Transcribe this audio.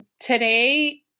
Today